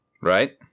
right